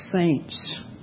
saints